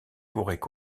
pourraient